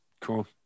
Cool